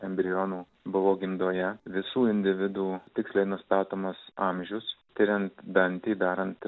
embrionų buvo gimdoje visų individų tiksliai nustatomas amžius tiriant dantį darant